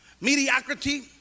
mediocrity